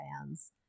fans